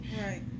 Right